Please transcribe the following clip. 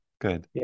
Good